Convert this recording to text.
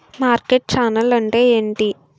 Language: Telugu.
మార్కెట్ ఛానల్ అంటే ఏమిటి?